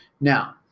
Now